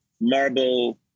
marble